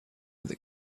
that